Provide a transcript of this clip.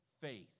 faith